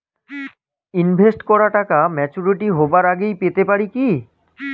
Invest করা টাকা maturity হবার আগেই পেতে পারি কি?